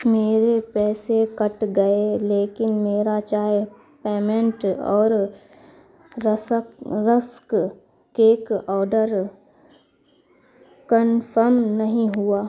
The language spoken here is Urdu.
میرے پیسے کٹ گئے لیکن میرا چائے پیمنٹ اور رسک رسک کیک آرڈر کنفم نہیں ہوا